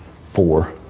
for